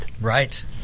Right